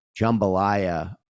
jambalaya